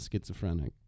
schizophrenic